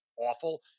awful